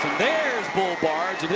there's barge.